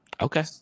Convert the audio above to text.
okay